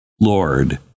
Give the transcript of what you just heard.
Lord